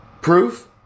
proof